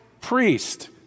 priest